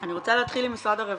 אני רוצה להתחיל עם משרד הרווחה,